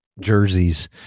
jerseys